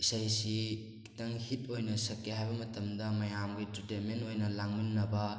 ꯏꯁꯩ ꯑꯁꯤ ꯈꯤꯇꯪ ꯍꯤꯠ ꯑꯣꯏꯅ ꯁꯛꯀꯦ ꯍꯥꯏꯕ ꯃꯇꯝꯗ ꯃꯌꯥꯝꯒꯤ ꯏꯟꯇꯔꯇꯦꯟꯃꯦꯟ ꯑꯣꯏꯅ ꯂꯥꯡꯃꯤꯟꯅꯕ